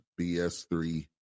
BS3